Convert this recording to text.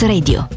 Radio